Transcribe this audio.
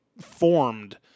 formed